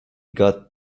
got